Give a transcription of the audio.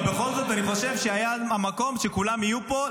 אבל בכל זאת אני חושב שהיה מקום שכולם יהיו פה,